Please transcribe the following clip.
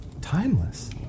timeless